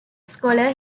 scholar